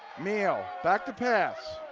meehl back to pass.